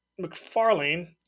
McFarlane